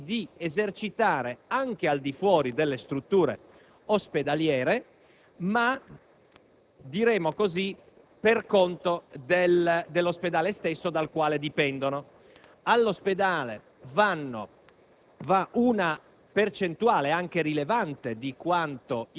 a garantire un'assistenza adeguata e strutture adeguate e in molti casi non riescono neppure a garantire strutture adeguate per l'attività a tutti gli effetti pubblica, da diversi anni sono